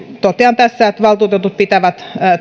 totean tässä että valtuutetut pitävät